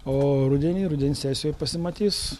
o rudenį rudens sesijoj pasimatys